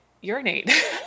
urinate